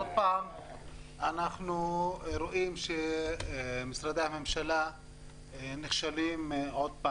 שוב אנו רואים שמשרדי הממשלה נכשלים שוב.